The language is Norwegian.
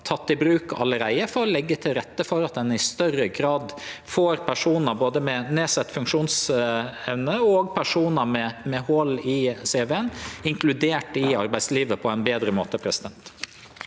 teke i bruk allereie for å leggje til rette for at ein i større grad får både personar med nedsett funksjonsevne og personar med hòl i cv-en inkluderte i arbeidslivet på ein betre måte.